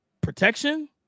protection